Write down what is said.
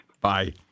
Bye